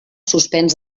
suspens